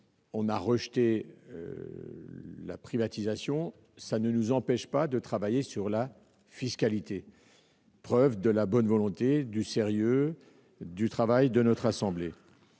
rejeté la privatisation, mais cela ne nous empêche pas de travailler sur la fiscalité, preuve de la bonne volonté, du sérieux et du travail de notre assemblée.